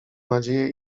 nadzieję